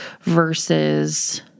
versus